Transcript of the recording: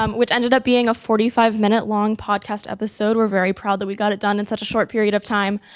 um which ended up being a forty five minute long podcast episode, we're very proud that we got it done in such a short period of time.